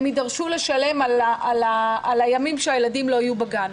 הם יידרשו לשלם על הימים שהילדים לא יהיו בגן.